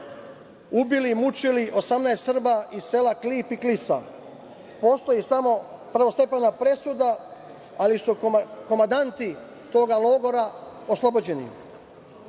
ubili i mučili 18 Srba iz sela Klip i Klisa. Postoji samo prvostepena presuda, ali su komandanti toga logora oslobođeni.